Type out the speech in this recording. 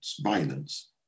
violence